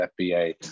fba